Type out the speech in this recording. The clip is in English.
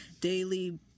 daily